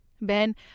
Ben